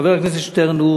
חבר הכנסת שטרן הוא